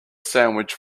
sandwich